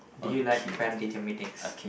do you like parent teacher meetings